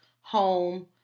home